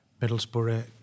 Middlesbrough